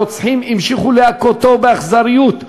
הרוצחים המשיכו להכותו באכזריות,